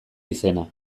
izena